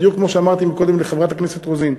בדיוק כמו שאמרתי קודם לחברת הכנסת רוזין,